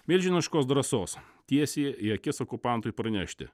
milžiniškos drąsos tiesiai į akis okupantui pranešti